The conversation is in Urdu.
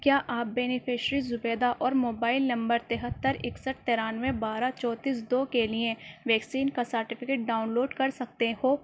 کیا آپ بینیفشیری زبیدہ اور موبائل نمبر تہتر اکسٹھ ترانوے بارہ چوتیس دو کے لیے ویکسین کا سرٹیفکیٹ ڈاؤن لوڈ کر سکتے ہو